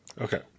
Okay